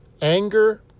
anger